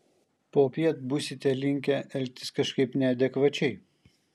popiet būsite linkę elgtis kažkaip neadekvačiai